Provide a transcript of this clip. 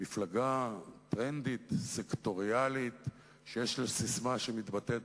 מפלגה טרנדית, סקטוריאלית, שיש לה ססמה שמתבטאת